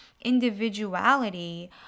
individuality